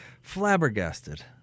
flabbergasted